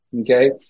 Okay